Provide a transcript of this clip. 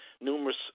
numerous